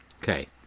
Okay